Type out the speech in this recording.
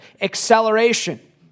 Acceleration